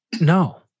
no